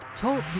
Talk